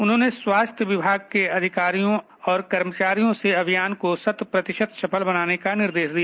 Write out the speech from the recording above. उन्होंने स्वास्थ्य विभाग के अधिकारियों और कर्मचारियों से अभियान को शत प्रतिशत सफल बनाने का निर्देश दिया